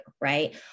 right